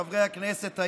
חברי הכנסת,